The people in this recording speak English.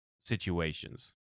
situations